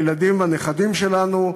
הילדים והנכדים שלנו.